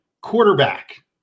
quarterback